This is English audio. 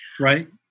Right